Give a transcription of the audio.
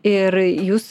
ir jūs